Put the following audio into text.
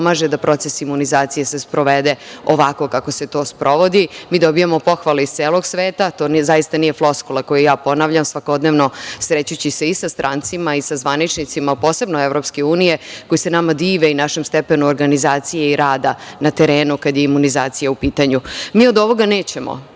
da proces imunizacije se sprovede ovako kako se to sprovodi. Mi dobijamo pohvale iz celog sveta, to zaista nije floskula koju ja ponavljam, svakodnevno srećući se i sa strancima i sa zvaničnicima posebno EU koji se nama dive i našem stepenu organizacije i rada na terenu kad je imunizacija u pitanju. Mi od ovoga nećemo